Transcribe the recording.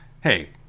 hey